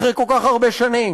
אחרי כל כך הרבה שנים.